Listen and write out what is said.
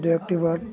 দুই অক্টোবৰ